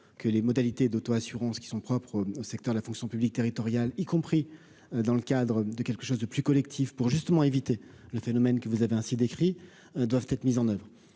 que les modalités d'auto-assurance qui sont propres au secteur de la fonction publique territoriale, y compris dans le cadre de quelque chose de plus collectif pour justement éviter le phénomène que vous avez ainsi décrit doivent être mises en oeuvre